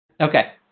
Okay